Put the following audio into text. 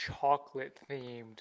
chocolate-themed